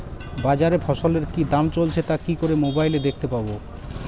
বাজারে ফসলের কি দাম চলছে তা কি করে মোবাইলে দেখতে পাবো?